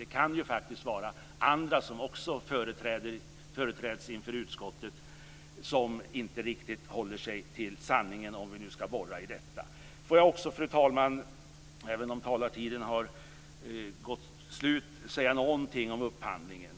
Det kan också vara andra som har varit inför utskottet som inte riktigt har hållit sig till sanningen - om vi nu ska borra i detta. Fru talman! Får jag också säga någonting om upphandlingen.